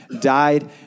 died